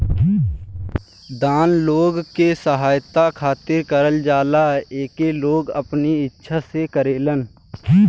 दान लोग के सहायता खातिर करल जाला एके लोग अपने इच्छा से करेलन